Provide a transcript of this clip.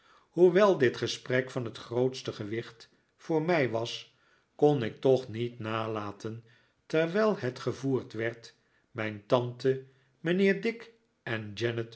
hoewel dit gesprek van het grootste gewicht voor mij was kon ik toch niet nalaten terwijl het gevoerd werd mijn tante mijnheer dick en